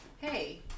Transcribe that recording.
hey